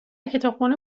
کتابخانه